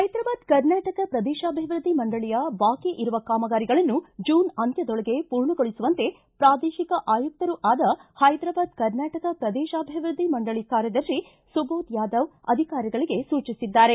ಹೈದ್ರಾಬಾದ್ ಕರ್ನಾಟಕ ಪ್ರದೇಶಾಭಿವೃದ್ಧಿ ಮಂಡಳಿಯ ಬಾಕಿಯಿರುವ ಕಾಮಗಾರಿಗಳನ್ನು ಜೂನ್ ಅಂತ್ಯದೊಳಗೆ ಪೂರ್ಣಗೊಳಿಸುವಂತೆ ಪ್ರಾದೇಶಿಕ ಆಯುಕ್ತರೂ ಆದ ಹೈದ್ರಾಬಾದ್ ಕರ್ನಾಟಕ ಪ್ರದೇಶಾಭಿವೃದ್ದಿ ಮಂಡಳಿ ಕಾರ್ಯದರ್ಶಿ ಸುಭೋದ ಯಾದವ್ ಅಧಿಕಾರಿಗಳಿಗೆ ಸೂಚಿಸಿದ್ದಾರೆ